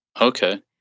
okay